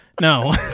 No